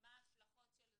מה ההשלכות של זה?